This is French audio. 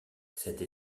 cette